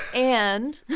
and.